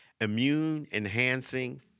immune-enhancing